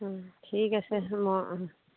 অঁ ঠিক আছে মই অঁ